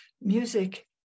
Music